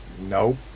nope